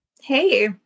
hey